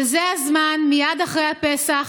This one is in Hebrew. אבל זה הזמן, מייד אחרי הפסח,